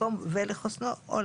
במקום ולחוסנו.